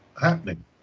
happening